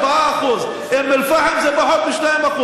4%; באום אל-פחם זה פחות מ-2%.